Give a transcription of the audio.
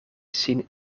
sin